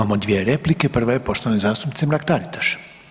Imamo dvije replike, prva je poštovane zastupnice Mrak Taritaš.